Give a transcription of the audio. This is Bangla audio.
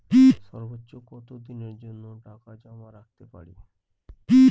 সর্বোচ্চ কত দিনের জন্য টাকা জমা রাখতে পারি?